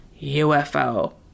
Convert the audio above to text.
UFO